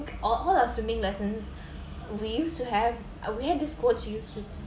all our swimming lessons we used to have uh we used to had this coach who used to